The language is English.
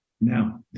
Now